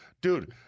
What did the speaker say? Dude